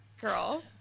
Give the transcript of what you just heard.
Girl